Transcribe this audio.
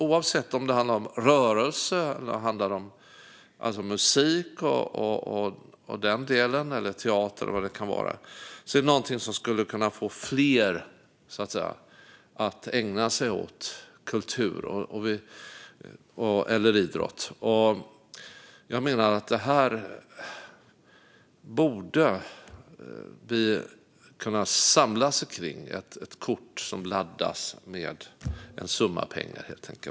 Oavsett om det handlar om rörelse, musik, teater eller vad det än kan vara skulle detta kunna vara något som får fler att ägna sig åt kultur eller idrott. Ett kort som laddas med en summa pengar borde vi kunna samlas kring.